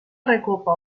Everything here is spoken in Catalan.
recopa